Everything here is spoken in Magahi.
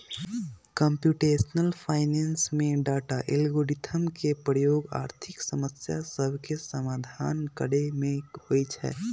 कंप्यूटेशनल फाइनेंस में डाटा, एल्गोरिथ्म के प्रयोग आर्थिक समस्या सभके समाधान करे में होइ छै